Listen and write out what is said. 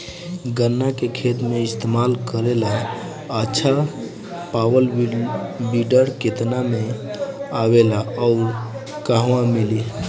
गन्ना के खेत में इस्तेमाल करेला अच्छा पावल वीडर केतना में आवेला अउर कहवा मिली?